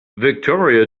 victoria